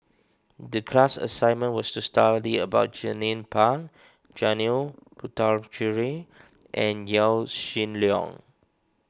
the class assignment was to study about Jernnine Pang Janil Puthucheary and Yaw Shin Leong